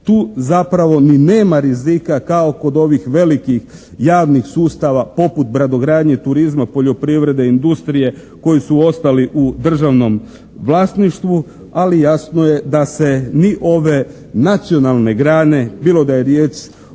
Tu zapravo ni nema rizika kao kod ovih velikih javnih sustava poput brodogradnje, turizma, poljoprivrede, industrije koji su ostali u državnom vlasništvu. Ali jasno je da se ni ove nacionalne grane bilo da je riječ